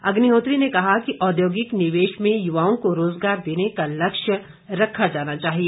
अग्निहोत्री ने कहा कि औद्योगिक निवेश में युवाओं को रोजगार देने का लक्ष्य रखा जाना चाहिए